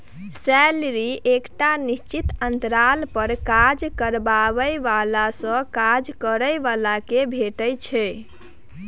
salary एकटा निश्चित अंतराल पर काज करबाबै बलासँ काज करय बला केँ भेटै छै